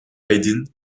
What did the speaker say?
haydn